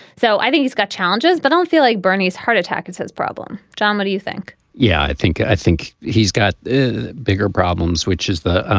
so i think he's got challenges but don't feel like bernie's heart attack is his problem. john what do you think yeah i think i think he's got bigger problems which is the